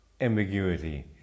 ambiguity